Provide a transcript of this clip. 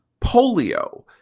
polio